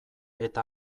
eta